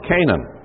Canaan